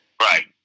right